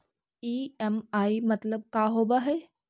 EMI मतलब का होब हइ?